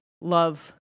love